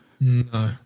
No